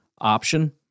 option